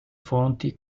fonti